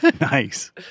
Nice